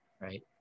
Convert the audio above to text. right